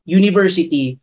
university